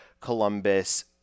Columbus